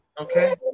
Okay